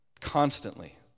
constantly